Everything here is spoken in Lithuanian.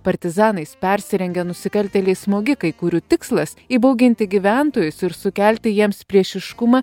partizanais persirengę nusikaltėliai smogikai kurių tikslas įbauginti gyventojus ir sukelti jiems priešiškumą